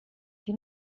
you